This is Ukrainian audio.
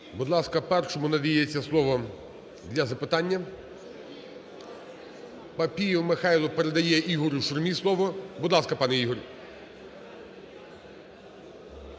Будь ласка, першому надається слово для запитання. Папієв Михайло передає Ігорю Шурмі слово. Будь ласка, пане Ігор.